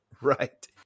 Right